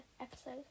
episode